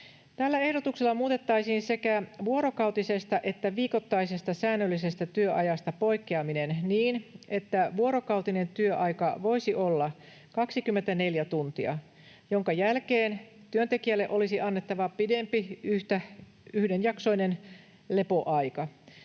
Tällä ehdotuksella muutettaisiin sekä vuorokautisesta että viikoittaisesta säännöllisestä työajasta poikkeaminen niin, että vuorokautinen työaika voisi olla 24 tuntia, minkä jälkeen työntekijälle olisi annettava pidempi yhdenjaksoinen lepoaika.